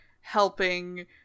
helping